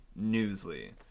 Newsly